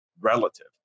relative